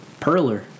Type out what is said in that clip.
Perler